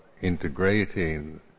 integrating